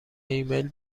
ایمیل